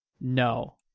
no